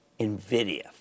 NVIDIA